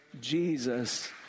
Jesus